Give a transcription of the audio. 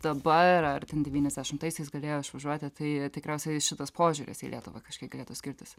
dabar ar ten devyniasdešimtaisiais galėjo išvažiuoti tai tikriausiai šitas požiūris į lietuvą kažkiek galėtų skirtis